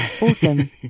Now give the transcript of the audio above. Awesome